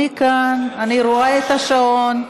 אני כאן, אני רואה את השעון.